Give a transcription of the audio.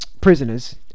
Prisoners